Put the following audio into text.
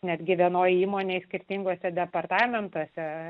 netgi vienoje įmonėje skirtinguose departamentuose